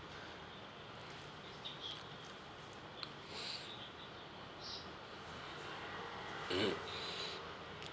mmhmm